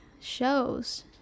shows